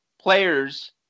players